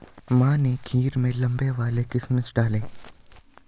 माँ ने खीर में लंबे वाले किशमिश डाले